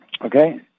Okay